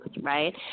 right